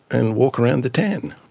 and walk around the tan.